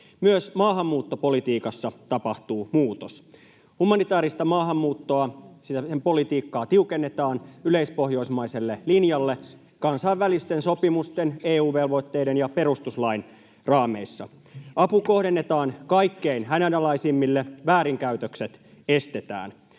Myös maahanmuuttopolitiikassa tapahtuu muutos. Humanitaarista maahanmuuttoa, sen politiikkaa tiukennetaan yleispohjoismaiselle linjalle kansainvälisten sopimusten, EU-velvoitteiden ja perustuslain raameissa. Apu kohdennetaan kaikkein hädänalaisimmille, väärinkäytökset estetään.